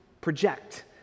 project